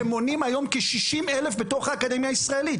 שמונים היום כשישים אלף בתוך האקדמיה הישראלית.